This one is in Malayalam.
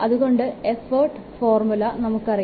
അതുകൊണ്ട് എഫൊർട്ട് ഫോർമുല നമുക്കറിയാം